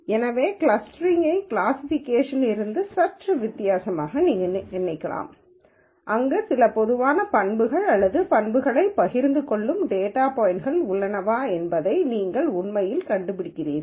எனவே கிளஸ்டரிங்கை கிளாசிஃபிகேஷன்லில் இருந்து சற்று வித்தியாசமாக நீங்கள் நினைக்கலாம் அங்கு சில பொதுவான பண்புகள் அல்லது பண்புகளை பகிர்ந்து கொள்ளும் டேட்டா பாய்ன்ட்கள் உள்ளனவா என்பதை நீங்கள் உண்மையில் கண்டுபிடிக்கிறீர்கள்